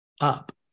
up